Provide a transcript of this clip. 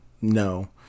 No